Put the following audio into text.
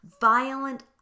violent